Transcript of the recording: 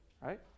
Right